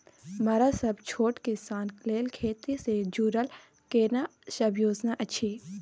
मरा सब छोट किसान लेल खेती से जुरल केना सब योजना अछि?